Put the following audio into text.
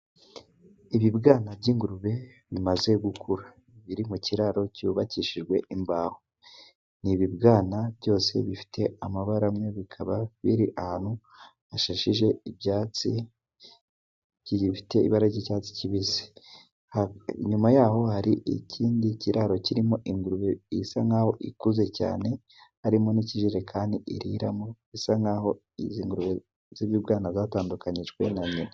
Ibibwana by'ingurube bimaze gukura biri mu kiraro cyubakishijwe imbaho, ni ibibwana byose bifite amabara amwe bikaba biriri ahantu hashashije ibyatsi, kigifite ibara ry'icyatsi kibisi inyuma y'aho hari ikindi kiraro kirimo ingurube isa nk'aho ikuze cyane harimo n'ikijerekani iririramo bisa, nk'aho izi ngurube z'ubwana zatandukanijwe na nyina.